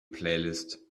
playlist